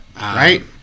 Right